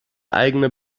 eigene